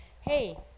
Hey